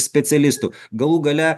specialistų galų gale